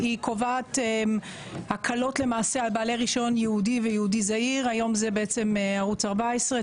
היא קובעת הקלות על בעלי רישיון ייעודי וייעודי זעיר היום זה ערוץ 14,